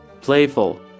Playful